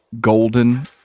golden